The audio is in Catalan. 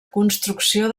construcció